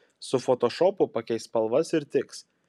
su fotošopu pakeisk spalvas ir tiks